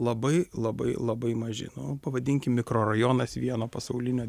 labai labai labai maži nu pavadinkim mikrorajonas vieno pasaulinio